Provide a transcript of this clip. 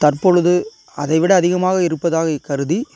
தற்பொழுது அதைவிட அதிகமாக இருப்பதாக கருதி